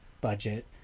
budget